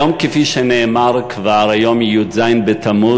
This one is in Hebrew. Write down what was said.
כפי שנאמר כבר, היום י"ז בתמוז.